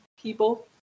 people